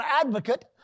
advocate